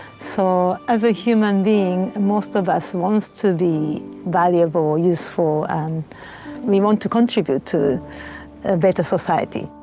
so as a human being, most of us want to be valuable, useful. and we want to contribute to a better society.